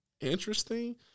interesting